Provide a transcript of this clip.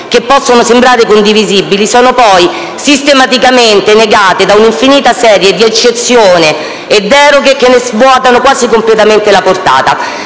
che possono sembrare condivisibili, sono poi sistematicamente negate da un'infinita serie di eccezioni e deroghe che ne svuotano quasi completamente la portata.